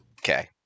Okay